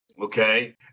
Okay